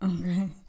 Okay